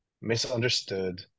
misunderstood